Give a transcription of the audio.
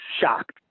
shocked